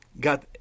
got